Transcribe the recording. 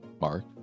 Mark